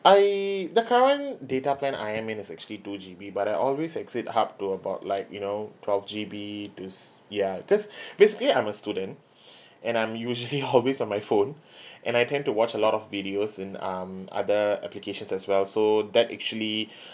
I the current data plan I am in is actually two G_B but I always exceed up to about like you know twelve G_B to ya because basically I'm a student and I'm usually always on my phone and I tend to watch a lot of videos in um other applications as well so that actually